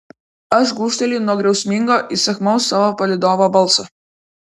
aš gūžteliu nuo griausmingo įsakmaus savo palydovo balso